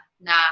na